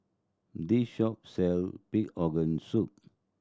this shop sell pig organ soup